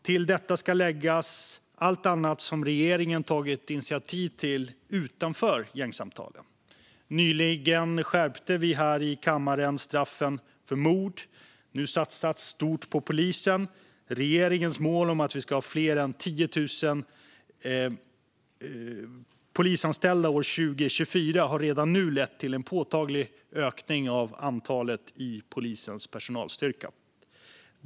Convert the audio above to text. Till detta ska läggas allt annat som regeringen har tagit initiativ till utanför gängsamtalen. Nyligen skärpte vi här i kammaren straffen för mord. Nu satsas stort på polisen. Regeringens mål att vi ska ha 10 000 fler polisanställda år 2024 har redan nu lett till en påtaglig ökning av antalet i polisens personalstyrka.